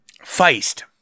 Feist